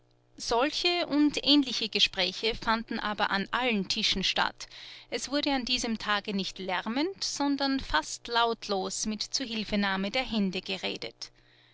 solche und ähnliche gespräche fanden aber an allen tischen statt es wurde an diesem tage nicht lärmend sondern fast lautlos mit zuhilfenahme der hände geredet